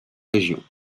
région